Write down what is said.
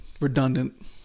redundant